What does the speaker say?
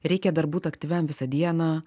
reikia dar būt aktyviam visą dieną